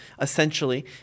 essentially